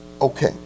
Okay